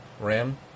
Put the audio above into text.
RAM